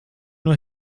nur